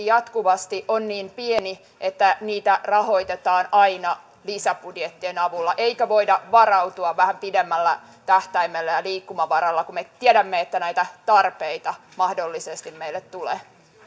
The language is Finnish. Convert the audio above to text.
jatkuvasti on niin pieni että niitä rahoitetaan aina lisäbudjettien avulla eikö voida varautua vähän pidemmällä tähtäimellä ja liikkumavaralla kun me tiedämme että näitä tarpeita mahdollisesti meille tulee